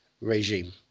regime